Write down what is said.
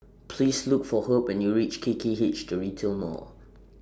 Please Look For Herb when YOU REACH K K H The Retail Mall